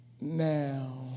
now